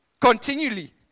continually